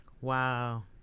Wow